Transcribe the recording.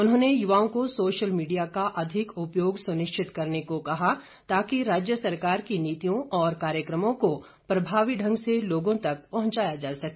उन्होंने युवाओं को सोशल मीडिया का अधिक उपयोग सुनिश्चित करने को कहा ताकि राज्य सरकार की नीतियों और कार्यक्रमों को प्रभावी ढंग से लोगों तक पहुंचाया जा सके